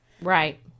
Right